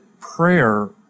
prayer